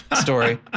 story